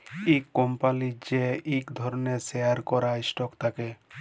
ইক কম্পলির যে ইক ধরলের শেয়ার ক্যরা স্টক থাক্যে